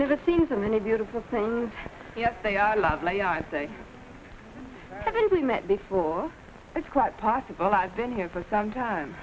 never seen so many beautiful things and yes they are lovely i say haven't we met before it's quite possible i've been here for some time